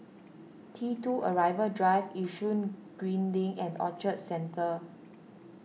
T two Arrival Drive Yishun Green Link and Orchard Centre